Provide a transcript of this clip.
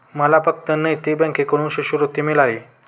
मला फक्त नैतिक बँकेकडून शिष्यवृत्ती मिळाली